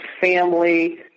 family